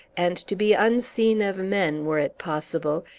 and to be unseen of men, were it possible,